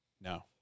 No